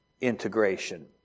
integration